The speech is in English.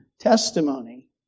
Testimony